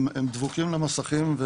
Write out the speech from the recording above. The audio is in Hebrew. הם דבוקים למסכים.